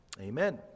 Amen